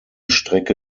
strecke